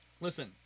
Listen